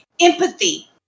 empathy